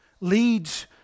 leads